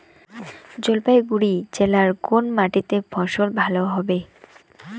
জলপাইগুড়ি জেলায় কোন মাটিতে ফসল ভালো হবে?